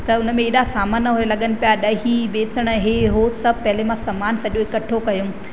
त उन में एॾा सामान लॻनि पिया ॾही बेसणु हे हो सभु पहले मां सामानु सॼो इकठो कयो